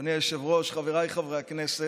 אדוני היושב-ראש, חבריי חברי הכנסת,